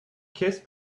kiss